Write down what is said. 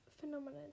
phenomenon